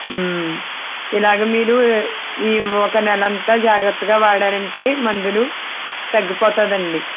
ఇలాగ మీరు ఈ ఒక నెల అంతా జాగ్రత్తగా వాడారంటే మందులు తగ్గిపోతాదండి